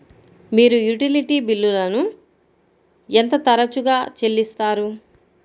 మీరు యుటిలిటీ బిల్లులను ఎంత తరచుగా చెల్లిస్తారు?